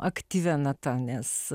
aktyvia nata nes